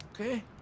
Okay